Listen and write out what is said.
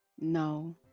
No